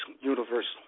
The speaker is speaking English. universal